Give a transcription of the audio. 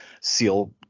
SEAL